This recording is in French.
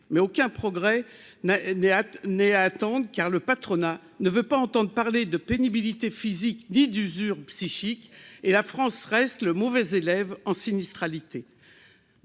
mais aucun progrès n'a, n'est à tu n'es attendre car le patronat ne veut pas entendre parler de pénibilité physique ni d'usure psychique et la France reste le mauvais élève en sinistralité,